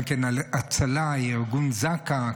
גם מארגון זק"א,